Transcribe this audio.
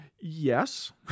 Yes